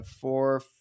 four